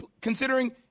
considering